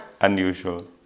unusual